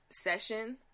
session